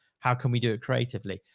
how can we do it creatively?